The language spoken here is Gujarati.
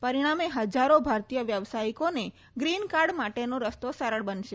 પરિણામે હજારો ભારતીય વ્યાવસાયિકોની ગ્રીન કાર્ડ માટેનો રસ્તો સરળ બનશે